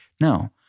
no